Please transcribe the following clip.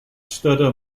study